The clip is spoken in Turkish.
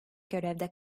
görevde